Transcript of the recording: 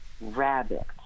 Rabbit